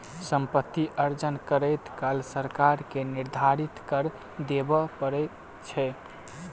सम्पति अर्जन करैत काल सरकार के निर्धारित कर देबअ पड़ैत छै